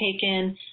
taken